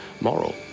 moral